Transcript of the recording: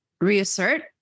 reassert